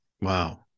Wow